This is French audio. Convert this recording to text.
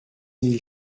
mille